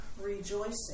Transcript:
rejoicing